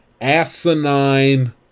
asinine